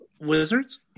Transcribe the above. Wizards